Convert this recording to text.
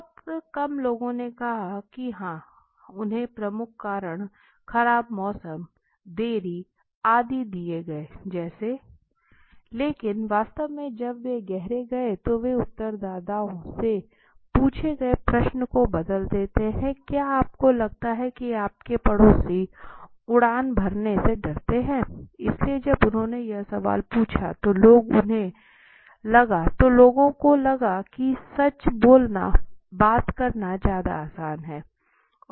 बहुत कम लोगों ने कहा कि हां उन्हें प्रमुख कारण खराब मौसम देरी आदि दिए गए जैसे थे लेकिन वास्तव में जब वे गहरे गए तो वे उत्तरदाताओं से पूछे गए प्रश्न को बदल देते हैं क्या आपको लगता है कि आपके पड़ोसी उड़ने से डरते हैं इसलिए जब उन्होंने यह सवाल पूछा तो लोग उन्हें लगा कि सच बोलना बात करना ज्यादा आसान है